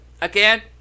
again